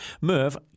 Merv